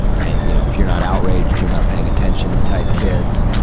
and, you know, if you're not outraged, you're not paying attention type kids.